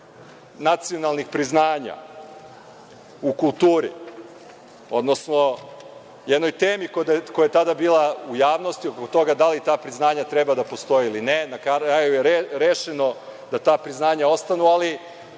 nacionalnih priznanja u kulturi, odnosno jednoj temi koja je tada bila u javnosti oko toga da li ta priznanja treba da postoje ili ne, na kraju je rešeno da ta priznanja ostanu, ali